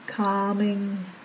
Calming